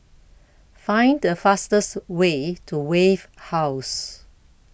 Find The fastest Way to Wave House